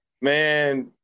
man